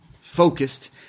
focused